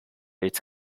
its